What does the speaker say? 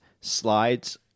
slides